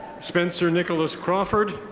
spencer nicholas crawford.